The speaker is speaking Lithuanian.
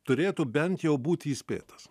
turėtų bent jau būti įspėtas